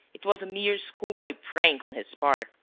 it was a mere schoolboy prank on his part,